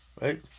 right